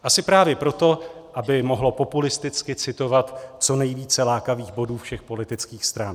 Asi právě proto, aby mohlo populisticky citovat co nejvíce lákavých bodů všech politických stran.